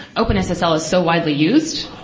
open so ssl is so widely used.